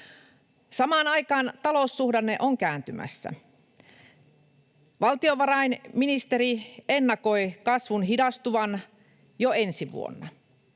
Samaan aikaan taloussuhdanne on kääntymässä. Valtionvarainministeri ennakoi kasvun hidastuvan jo ensi vuonna.